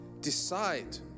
Decide